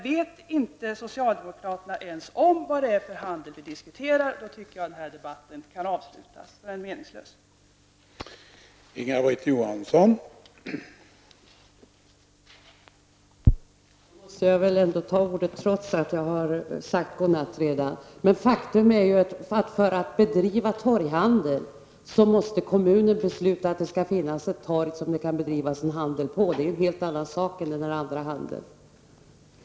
Om socialdemokraterna inte ens vet vad det är för handel som vi diskuterar tycker jag att den här debatten kan avslutas -- det är ju meningslöst att fortsätta debatten.